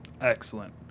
Excellent